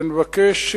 ונבקש,